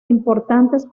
importantes